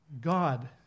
God